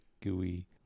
gooey